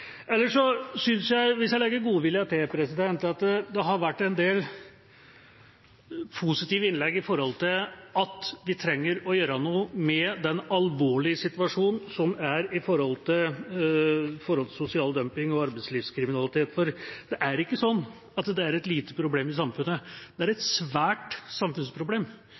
Ellers synes jeg, hvis jeg legger godviljen til, at det har vært en del positive innlegg med tanke på at vi trenger å gjøre noe med den alvorlige situasjonen som er med hensyn til sosial dumping og arbeidslivskriminalitet, for det er ikke slik at det er et lite problem i samfunnet; det er et svært samfunnsproblem.